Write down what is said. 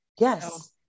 Yes